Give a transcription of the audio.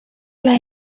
las